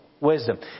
wisdom